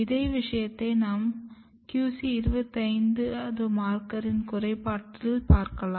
இதே விஷயத்தை நாம் QC 25 மார்க்கரின் குறைபாட்டால் பார்க்கலாம்